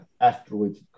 asteroids